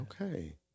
Okay